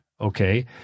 Okay